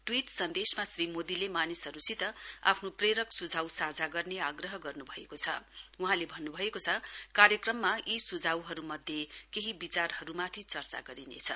tweet सन्देसमा श्री मोदीले मानिसहरूसित आफ्नो प्रेरक सु झाव साझा गर्ने आग्रह गर्न् भएको छ वहाँले भन्न् भएको छ कार्यक्रममा यी सुझावहरूमध्ये केही विचारहरूमाथि चर्चा गरिनेछ